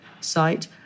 site